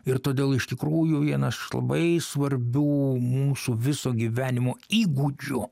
ir todėl iš tikrųjų vienas iš labai svarbių mūsų viso gyvenimo įgūdžių